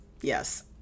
yes